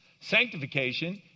Sanctification